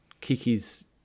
Kiki's